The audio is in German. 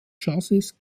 chassis